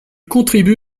contribue